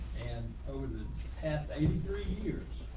and over the past eighty three years,